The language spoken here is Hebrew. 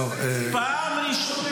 טוב --- אתה צודק.